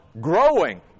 growing